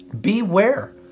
Beware